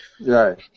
Right